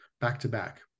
back-to-back